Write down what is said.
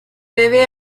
debe